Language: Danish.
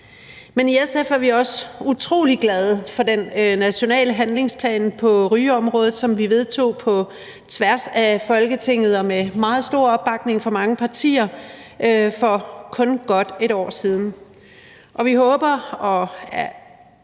Men i SF er vi også utrolig glade for den nationale handlingsplan på rygeområdet, som vi vedtog på tværs af Folketinget og med meget stor opbakning fra mange partier for kun godt et år siden. Vi håber